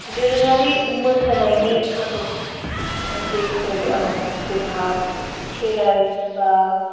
दोरोङारि मोसानानि आदब जायफोर जोंहा खेराइ बा